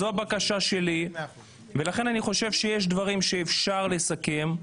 זו הבקשה שלי ולכן אני חושב שיש דברים שאפשר לסכם,